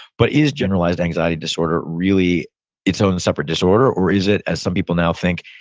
but is generalized anxiety disorder really its own separate disorder, or is it, as some people now think,